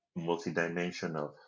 multidimensional